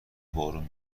بارون